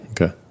okay